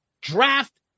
Draft